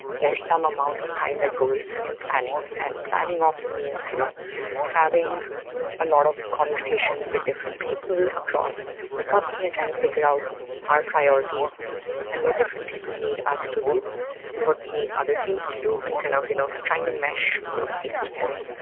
there's some amount of time that goes in planning, and planning off means you know having a lot of conversations with different people across the company and trying to figure out our priorities and what different people need us to do and what we need other teams to do and kind of you know trying to mesh those things together.